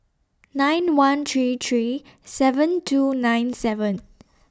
nine one three three seven two nine seven